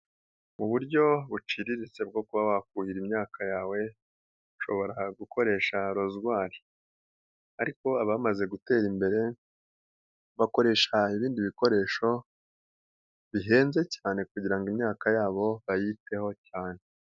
Uburyo buciriritse bwo kuba wakuhira imyaka yawe ushobora gukoresha rozwari ariko abamaze gutera imbere bakoresha ibindi bikoresho bihenze cyane kugira ngo imyaka yabo bayiteho cyane.